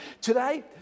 Today